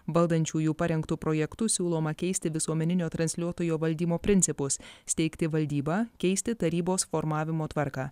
valdančiųjų parengtu projektu siūloma keisti visuomeninio transliuotojo valdymo principus steigti valdybą keisti tarybos formavimo tvarką